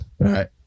Right